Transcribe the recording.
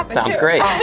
um sounds great.